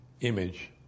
image